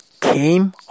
came